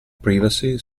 privacy